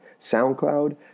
SoundCloud